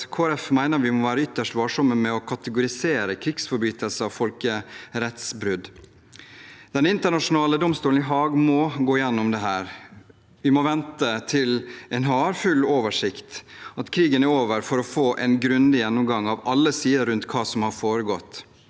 mener vi må være ytterst varsomme med å kategorisere krigsforbrytelser og folkerettsbrudd. Den internasjonale domstolen i Haag må gå gjennom dette. Vi må vente til de har full oversikt og krigen er over, for å få en grundig gjennomgang av alle sider av hva som har foregått